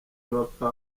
bapfa